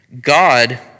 God